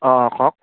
অ' কওক